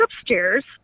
upstairs